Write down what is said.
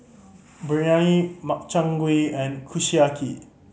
Biryani Makchang Gui and Kushiyaki